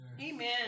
Amen